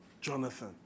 Jonathan